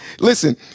Listen